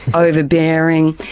overbearing,